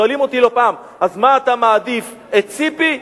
שואלים אותי לא פעם, אז מה אתה מעדיף, את ציפי?